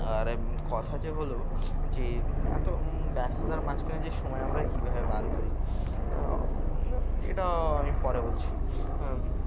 আর কথা যে হলো যে এত ব্যস্ততার মাঝখানে যে সময় আমরা কীভাবে বার করি এটাও আমি পরে বলছি